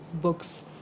books